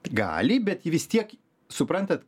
gali bet vis tiek suprantat